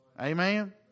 Amen